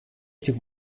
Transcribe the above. этих